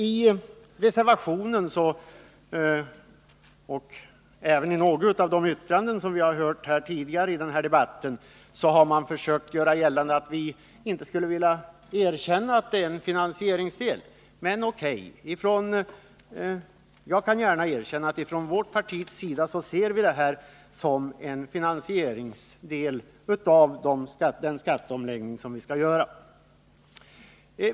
I reservationen och även i något av de anföranden som vi hört tidigare här i debatten har man försökt göra gällande att vi inte skulle erkänna att det är en finansieringsdel, men O.K., jag kan gärna erkänna att från vårt partis sida ser vi det här som en finansieringsdel av den skatteomläggning som riksdagen skall besluta om.